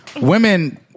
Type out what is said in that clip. women